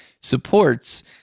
supports